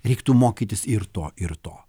reiktų mokytis ir to ir to